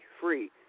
free